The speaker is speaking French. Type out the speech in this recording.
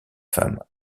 femme